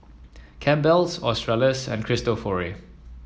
Campbell's Australis and Cristofori